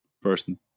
person